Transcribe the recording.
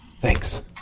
Thanks